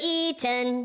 eaten